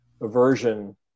aversion